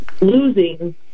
losing